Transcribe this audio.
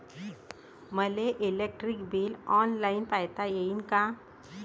मले electric bill online पायता येईन का?